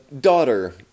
daughter